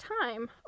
time